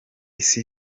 isi